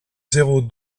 zéro